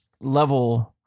level